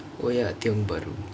oh ya tiongk bahru